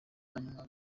manywa